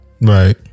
Right